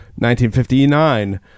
1959